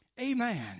Amen